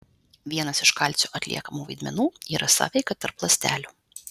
vienas iš kalcio atliekamų vaidmenų yra sąveika tarp ląstelių